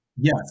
Yes